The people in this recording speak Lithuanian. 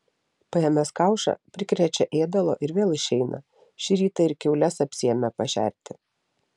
paėmęs kaušą prikrečia ėdalo ir vėl išeina šį rytą ir kiaules apsiėmė pašerti